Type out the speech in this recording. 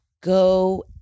go